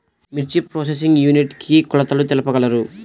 మిర్చి processing unit కి కొలతలు తెలుపగలరు?